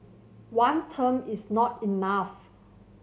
one term is not enough